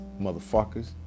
motherfuckers